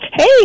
Hey